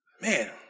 man